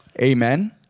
amen